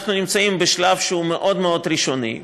אנחנו נמצאים בשלב שהוא מאוד מאוד ראשוני.